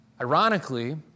Ironically